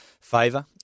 favour